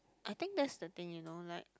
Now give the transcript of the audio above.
I think that's the thing you know like